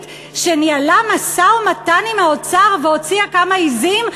שניהלה משא-ומתן עם האוצר והוציאה כמה עזים,